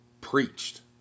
preached